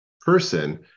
person